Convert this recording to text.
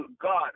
God